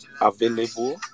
available